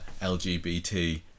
LGBT